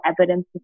evidence